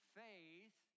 faith